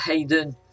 Hayden